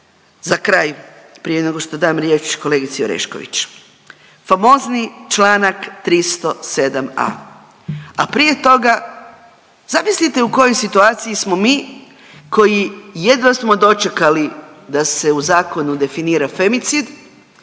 Za kraj prije nego što dam riječ kolegici Orešković. Famozni članak 307a. a prije toga, zamislite u kojoj situaciji smo mi koji jedva smo dočekali da se u zakonu definira femicid,